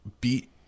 beat